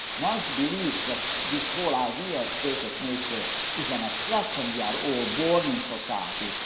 marx believes that this whole idea of state of nature is an abstraction. we are all born in society,